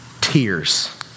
tears